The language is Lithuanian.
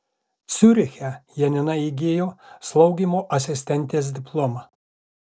ciuriche janina įgijo slaugymo asistentės diplomą